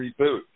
reboot